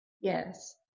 yes